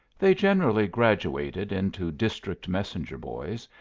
they generally graduated into district-messenger boys,